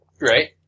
right